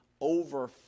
over